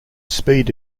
speed